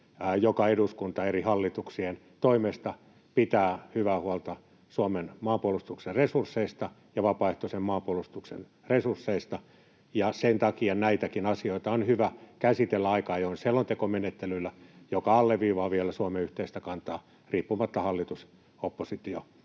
joka eduskunta eri hallituksien toimesta pitää hyvää huolta Suomen maanpuolustuksen resursseista ja vapaaehtoisen maanpuolustuksen resursseista. Sen takia näitäkin asioita on hyvä käsitellä aika ajoin selontekomenettelyllä, joka alleviivaa vielä Suomen yhteistä kantaa riippumatta hallitus—oppositio-rajoista.